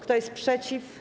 Kto jest przeciw?